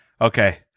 Okay